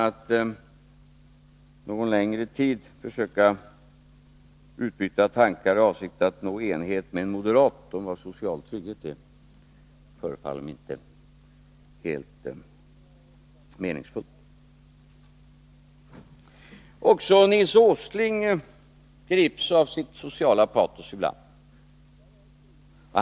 Att någon längre tid försöka utbyta tankar i avsikt att nå enighet med moderater om vad social trygghet innebär förefaller mig inte helt meningsfullt. Även Nils Åsling grips ibland av ett socialt patos.